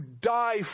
die